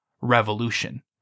revolution